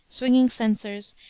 swinging censers,